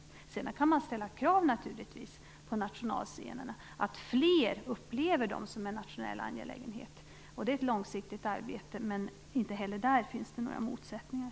Sedan kan man naturligtvis ställa krav på nationalscenerna att fler upplever dem som en nationell angelägenhet. Det är ett långsiktigt arbete. Men inte heller där finns några motsättningar.